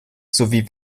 sowie